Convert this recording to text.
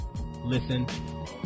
listen